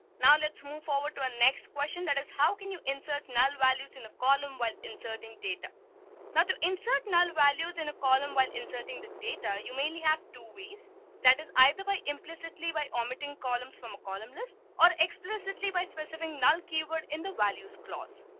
now, let's move over to a next question. that is how can you insert null values in the column while inserting data now to insert null values in a column while inserting the data you mainly have two ways that is either by implicitly by omitting columns from columnist or explicitly by specifying null keyword in the values claus.